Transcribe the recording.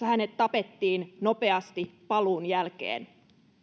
hänet tapettiin nopeasti paluun jälkeen